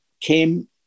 came